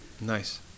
Nice